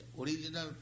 original